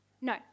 No